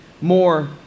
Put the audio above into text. more